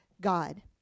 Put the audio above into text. God